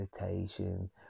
meditation